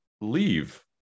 leave